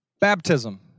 baptism